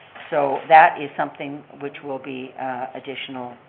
so that is something which will be additional